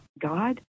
God